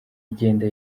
igenda